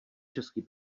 český